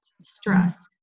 stress